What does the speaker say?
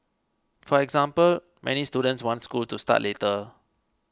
for example many students wants school to start later